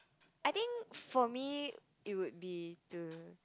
I think for me it would be to